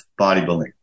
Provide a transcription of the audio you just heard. bodybuilding